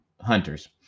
hunters